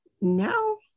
No